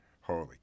holy